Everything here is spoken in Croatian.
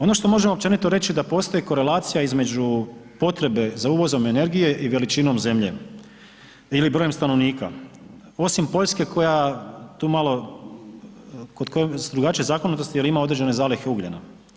Ono što možemo općenito reći da postoji korelacija između potrebe za uvozom energije i veličinom zemlje ili brojem stanovnika, osim Poljske koja tu malo, kod koje su drugačije zakonitosti jer ima određene zalihe ugljena.